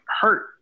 hurt